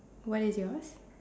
what is yours